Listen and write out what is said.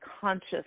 conscious